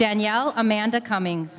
danielle amanda cumming